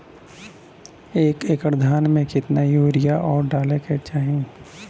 एक एकड़ धान में कितना यूरिया और डाई डाले के चाही?